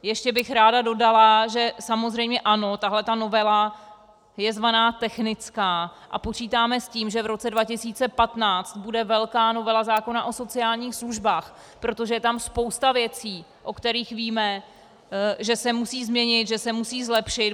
Ještě bych ráda dodala, že samozřejmě ano, tato novela je tzv. technická a počítáme s tím, že v roce 2015 bude velká novela zákona o sociálních službách, protože je tam spousta věcí, o kterých víme, že se musí změnit, že se musí zlepšit.